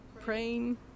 Praying